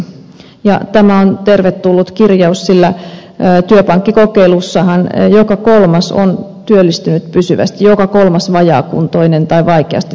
tämä on tervetullut kirjaus sillä työpankkikokeilussahan joka kolmas vajaakuntoinen tai vaikeasti työllistyvä on työllistynyt pysyvästi